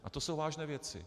A to jsou vážné věci.